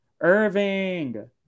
Irving